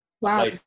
Wow